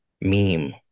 meme